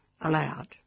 Allowed